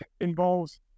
involves